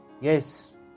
Yes